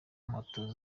moto